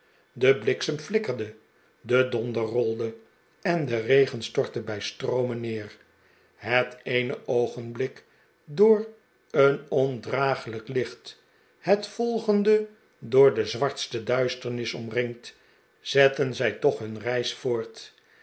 de bliksem flikkerde de donder rolde en de regen stortte bij stroomen neer het eene oogenblik door een onverdraaglijk licht het volgende door de zwartste duisternis omringd zetten zij toch hun reis voort